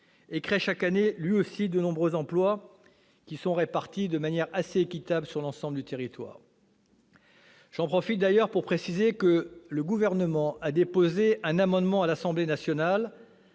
et crée lui aussi, chaque année, de nombreux emplois, lesquels sont répartis de manière assez équitable sur l'ensemble du territoire. J'en profite d'ailleurs pour préciser que le Gouvernement a déposé, à l'Assemblée nationale,